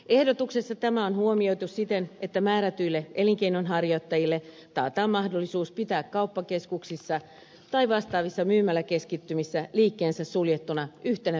ehdotuksessa tämä on huomioitu siten että määrätyille elinkeinonharjoittajille taataan mahdollisuus pitää kauppakeskuksissa tai vastaavissa myymäläkeskittymissä liikkeensä suljettuna yhtenä viikonpäivänä